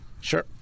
Sure